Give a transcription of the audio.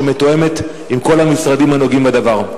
שמתואמת עם כל המשרדים הנוגעים בדבר.